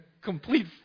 complete